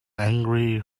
angry